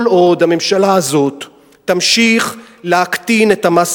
כל עוד הממשלה הזאת תמשיך להקטין את המס